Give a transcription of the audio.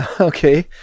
Okay